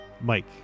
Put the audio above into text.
Mike